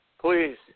please